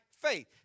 faith